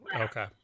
Okay